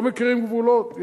לא מכירים גבולות.